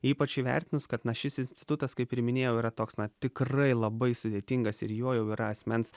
ypač įvertinus kad na šis institutas kaip ir minėjau yra toks na tikrai labai sudėtingas ir juo jau yra asmens